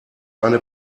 eine